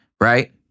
right